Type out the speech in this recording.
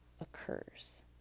occurs